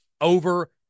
over